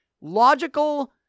logical